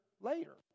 later